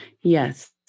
Yes